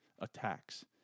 Attacks